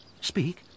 Speak